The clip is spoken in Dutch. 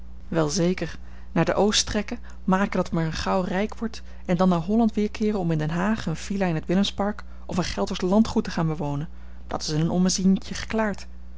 wel zeker naar de oost trekken maken dat men er gauw rijk wordt en dan naar holland weerkeeren om in den haag eene villa in t willemspark of een geldersch landgoed te gaan bewonen dat is in een ommezientje geklaard